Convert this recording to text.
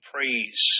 praise